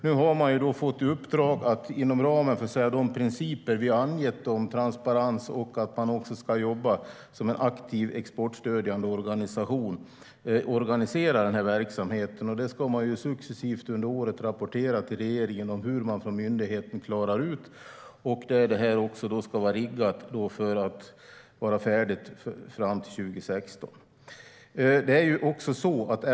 Nu har man fått i uppdrag att inom ramen för de principer vi har angett, om transparens och att man ska jobba som en aktiv exportstödjande organisation, ska organisera den här verksamheten. Under året ska man successivt från myndigheten rapportera till regeringen hur man klarar detta. Det ska vara riggat för att vara färdigt till 2016.